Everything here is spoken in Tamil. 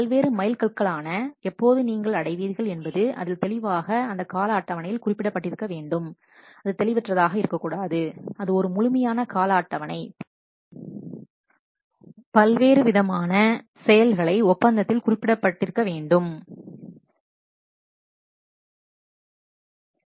பல்வேறு மைல்கற்கள் ஆன எப்போது நீங்கள் அடைவீர்கள் என்பது அதில் தெளிவாக அந்த கால அட்டவணையில் குறிப்பிட்டிருக்க வேண்டும் அது தெளிவற்றதாக இருக்கக்கூடாது அது ஒரு முழுமையான கால அட்டவணை பல்வேறு விதமான செல்களை ஒப்பந்தத்தில் குறிப்பிட்டபடி முடிப்பதற்கு